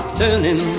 turning